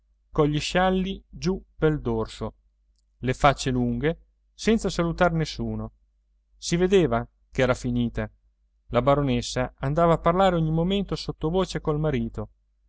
casa cogli scialli giù pel dorso le facce lunghe senza salutar nessuno si vedeva ch'era finita la baronessa andava a parlare ogni momento sottovoce col marito